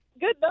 good